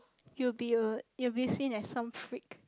you'll be a you'll be seen as some freak